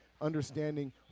understanding